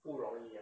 不容易啊